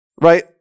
right